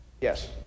Yes